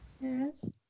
Yes